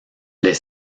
les